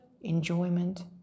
enjoyment